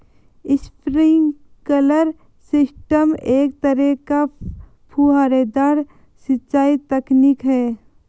sprinkler system एक तरह का फुहारेदार सिंचाई तकनीक है